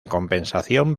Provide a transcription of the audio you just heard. compensación